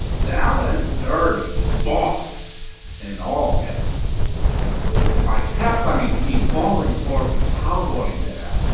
down and dirty, boss in all caps and by caps i mean peni, falling for the cowboy dad,